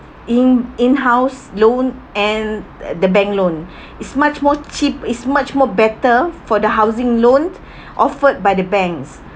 in in house loan and uh the bank loan is much more cheap is much more better for the housing loans offered by the banks